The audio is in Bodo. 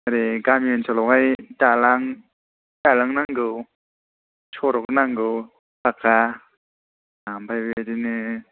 ओरै गामि ओनसोलावहाय दालां नांगौ सरक नांगौ पाक्का ओमफ्राय बेबादिनो